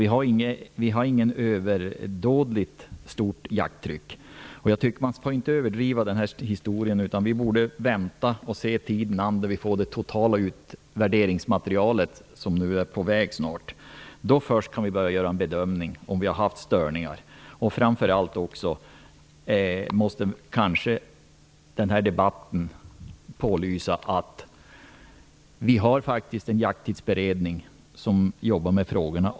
Vi har alltså inget överdådigt jakttryck. Jag tycker inte att man skall överdriva den här historien, utan vi borde vänta och se tiden an tills vi får det totala utvärderingsmaterialet, som är på väg. Då först kan vi göra en bedömning och se om vi har haft störningar. Framför allt måste kanske den här debatten visa på att vi faktiskt har en jakttidsberedning som jobbar med frågorna.